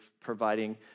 providing